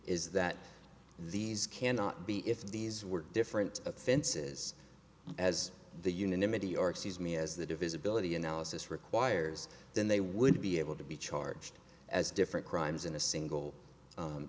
is that these cannot be if these were different offenses as the unanimity or excuse me as the divisibility analysis requires then they would be able to be charged as different crimes in a single